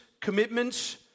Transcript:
commitments